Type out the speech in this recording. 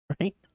right